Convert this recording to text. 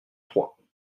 trois